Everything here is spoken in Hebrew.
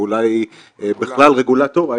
ואולי בכלל רגולטור,